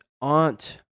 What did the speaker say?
aunt